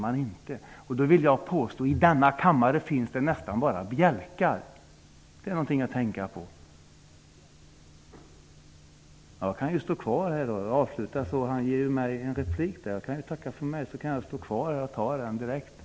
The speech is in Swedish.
Jag vill påstå: I denna kammare finns det nästan bara bjälkar. -- Det är någonting att tänka på! Jag ser att Hans Andersson begär ordet. Han ger då mig möjlighet till en replik. Då kan jag ju tacka för mig nu och stå kvar här i talarstolen och ta den direkt sedan.